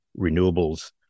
renewables